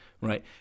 Right